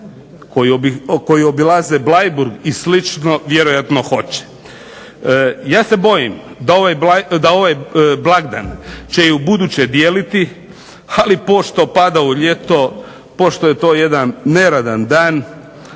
koji obilaze Bleiburg i slično vjerojatno hoće. Ja se bojim da ovaj blagdan će i ubuduće dijeliti, ali pošto pada u ljeto, pošto je to jedan neradan dan,